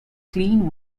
clean